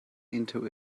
into